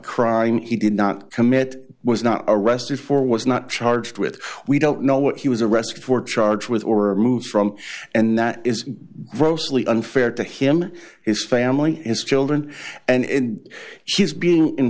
crime he did not commit was not arrested for was not charged with we don't know what he was arrested for charged with or moved from and that is grossly unfair to him his family his children and she's being in